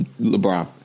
LeBron